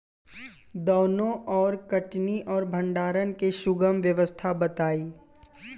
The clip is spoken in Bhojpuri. दौनी और कटनी और भंडारण के सुगम व्यवस्था बताई?